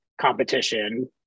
competition